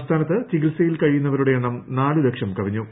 സംസ്ഥാനത്ത് ചികിത്സയിൽ കഴിയുന്നവരുടെ എണ്ണം നാല് ലക്ഷം കവിഞ്ഞു